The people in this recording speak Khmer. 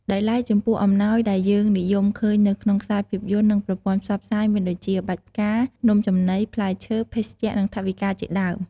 ដោយឡែកចំពោះអំណោយដែលយើងនិយមឃើញនៅក្នុងខ្សែភាពយន្ត និង ប្រព័ន្ធផ្សព្វផ្សាយ មានដូចជា បាច់ផ្កា នំចំនី ផ្លែឈើ ភេសជ្ជៈ និង ថវិកាជាដើម។